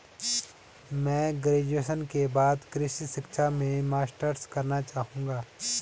मैं ग्रेजुएशन के बाद कृषि शिक्षा में मास्टर्स करना चाहूंगा